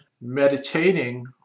meditating